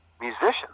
musicians